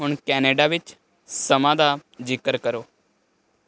ਹੁਣ ਕੈਨੇਡਾ ਵਿੱਚ ਸਮੇਂ ਦਾ ਜ਼ਿਕਰ ਕਰੋ